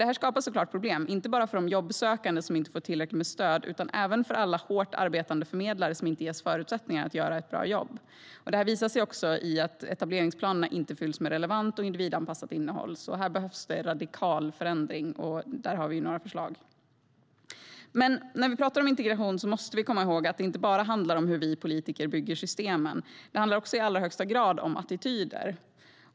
Det här skapar såklart problem, inte bara för de jobbsökande, som inte får tillräckligt med stöd, utan även för alla hårt arbetande förmedlare som inte ges förutsättningar att göra ett bra jobb. Det visar sig också i att etableringsplanerna inte fylls med relevant och individanpassat innehåll. Här behövs det radikal förändring, och där har vi några förslag. Men när vi pratar om integration måste vi komma ihåg att det inte bara handlar om hur vi politiker bygger systemen. Det handlar också i allra högsta grad om attityder.